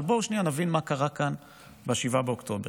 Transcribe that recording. אבל בואו שנייה נבין מה קרה כאן ב-7 באוקטובר.